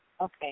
Okay